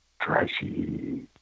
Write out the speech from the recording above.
trashy